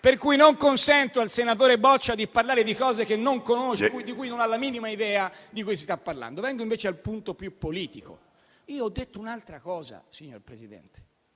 Non consento, quindi, al senatore Boccia di parlare di cose che non conosce, di cui non ha la minima idea. Vengo invece al punto più politico. Io ho detto un'altra cosa, signor Presidente.